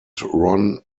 ron